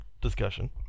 discussion